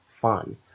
fun